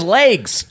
legs